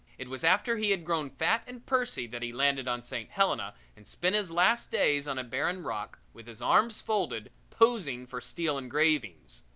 it was after he had grown fat and pursy that he landed on st. helena and spent his last days on a barren rock, with his arms folded, posing for steel engravings.